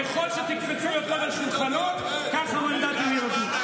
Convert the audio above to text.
ככל שתקפצו יותר על שולחנות, כך המנדטים ירדו.